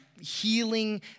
healing